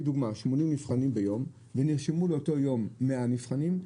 לדוגמא 80 נבחנים ביום ונרשמו לאותו יום 100 נבחנים,